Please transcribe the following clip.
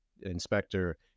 inspector